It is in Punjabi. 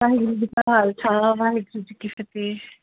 ਵਾਹਿਗੁਰੂ ਜੀ ਕਾ ਖਾਲਸਾ ਵਾਹਿਗੁਰੂ ਜੀ ਕੀ ਫਤਿਹ